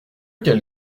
quel